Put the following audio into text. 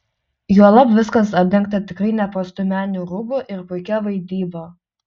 juolab viskas apdengta tikrai neprastu meniniu rūbu ir puikia vaidyba